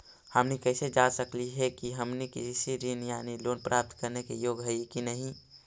हमनी कैसे जांच सकली हे कि हमनी कृषि ऋण यानी लोन प्राप्त करने के योग्य हई कि नहीं?